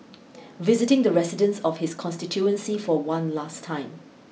visiting the residents of his constituency for one last time